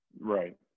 Right